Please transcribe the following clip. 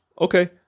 okay